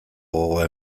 gogoa